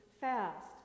fast